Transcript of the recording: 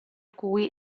cui